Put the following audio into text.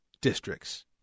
districts